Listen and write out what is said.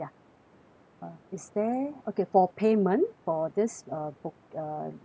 uh is there okay for payment for this uh book~ uh room booking